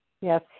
Yes